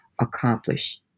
accomplish